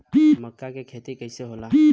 मका के खेती कइसे होला?